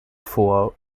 vor